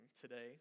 today